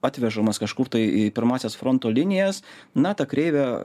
atvežamas kažkur tai į pirmąsias fronto linijas na ta kreivė